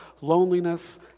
loneliness